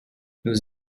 nous